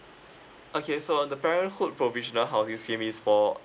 okay so uh the parenthood provisional housing scheme is for